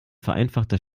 vereinfachter